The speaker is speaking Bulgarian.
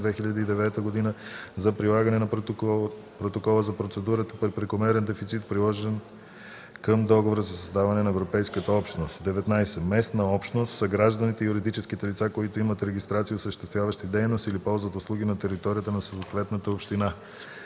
2009 г. за прилагане на Протокола за процедурата при прекомерен дефицит, приложен към Договора за създаване на Европейската общност. 19. „Местна общност” са гражданите и юридическите лица, които имат регистрация, осъществяват дейност или ползват услуги на територията на съответната община.